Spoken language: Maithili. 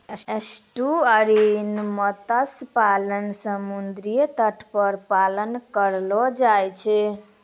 एस्टुअरिन मत्स्य पालन समुद्री तट पर पालन करलो जाय छै